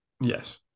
Yes